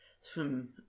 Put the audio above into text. swim